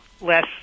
less